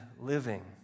living